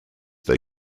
they